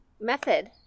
method